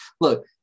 look